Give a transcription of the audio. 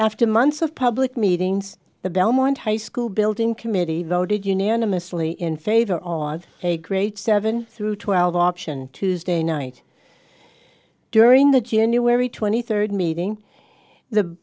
after months of public meetings the belmont high school building committee voted unanimously in favor on a great seven through twelve option tuesday night during the january twenty third meeting the